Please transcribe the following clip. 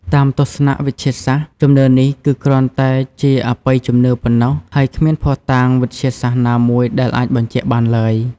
តាមទស្សនៈវិទ្យាសាស្ត្រ ជំនឿនេះគឺគ្រាន់តែជាអបិយជំនឿប៉ុណ្ណោះ ហើយគ្មានភស្តុតាងវិទ្យាសាស្ត្រណាមួយដែលអាចបញ្ជាក់បានឡើយ ។